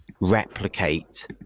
replicate